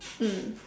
mm